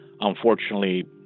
Unfortunately